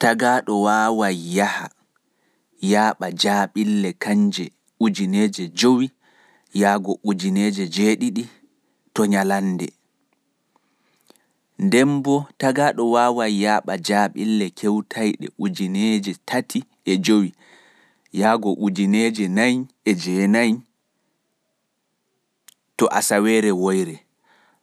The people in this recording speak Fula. Tagaaɗo e wawa yaha, yaaɓa jaaɓille ujineeje jowi yaago ujineeje joweɗiɗi (five hundred to seven hundred) to nyallande. Ujineeje temeɗɗe tati e jowi yaago ujineeje temeɗɗe nayi e jowenayi to asaweere,